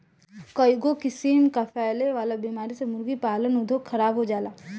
कईगो किसिम कअ फैले वाला बीमारी से मुर्गी पालन उद्योग खराब हो जाला